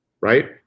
right